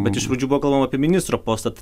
bet iš pradžių buvo galvojama apie ministro postą